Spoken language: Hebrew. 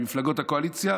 ממפלגות הקואליציה,